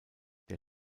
der